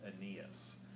Aeneas